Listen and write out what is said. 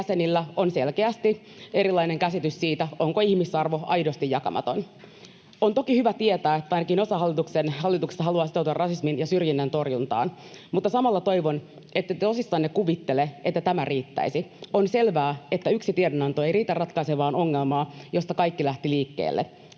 jäsenillä on selkeästi erilainen käsitys siitä, onko ihmisarvo aidosti jakamaton. On toki hyvä tietää, että ainakin osa hallituksesta haluaa sitoutua rasismin ja syrjinnän torjuntaan. Mutta samalla toivon, ettette tosissanne kuvittele, että tämä riittäisi. On selvää, että yksi tiedonanto ei riitä ratkaisemaan ongelmaa, josta kaikki lähti liikkeelle: